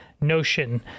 notion